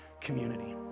community